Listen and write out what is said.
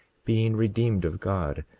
being redeemed of god,